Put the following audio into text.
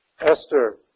Esther